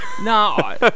No